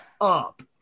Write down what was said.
up